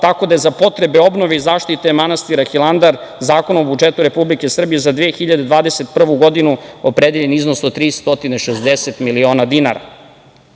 tako da je za potrebe obnove i zaštite manastira Hilandar Zakonom o budžetu Republike Srbije za 2021. godinu opredeljen iznos od 360.000.000 dinara. Inače,